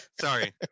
sorry